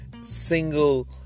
single